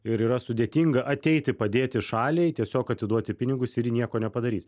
ir yra sudėtinga ateiti padėti šaliai tiesiog atiduoti pinigus ir ji nieko nepadarys